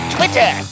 Twitter